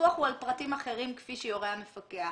הדיווח הוא על פרטים אחרים כפי שיורה המפקח.